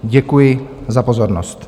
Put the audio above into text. Děkuji za pozornost.